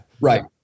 Right